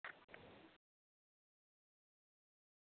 اگر أسۍ کانٛہہ تہِ فون اَنو کُنے فونَس چھَنہٕ ڈِسکاوُنٛٹ کِہیٖنۍ